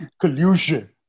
collusion